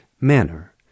manner